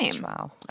Wow